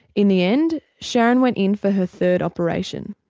in the end sharon went in for her third operation.